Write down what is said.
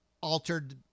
altered